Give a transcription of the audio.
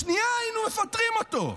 בשנייה היינו מפטרים אותו.